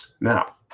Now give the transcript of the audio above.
Now